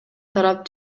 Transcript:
тарап